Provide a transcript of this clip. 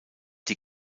die